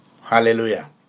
hallelujah